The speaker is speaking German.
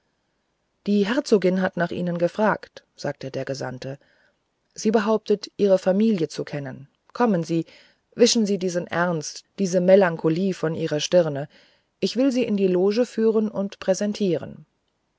die herzogin hat nach ihnen gefragt sagte der gesandte sie behauptet ihre familie zu kennen kommen sie wischen sie diesen ernst diese melancholie von ihrer stirne ich will sie in die loge führen und präsentieren